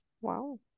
wow